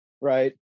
right